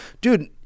dude